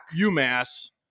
UMass